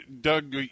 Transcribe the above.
Doug